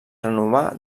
renovar